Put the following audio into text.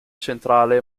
centrale